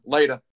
Later